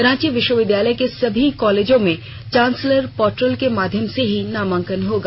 रांची विश्वविद्यालय के सभी कॉलेजों में चांसलर पोर्टल के माध्यम से ही नामांकन होगा